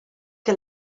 que